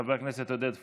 חבר הכנסת עודד פורר,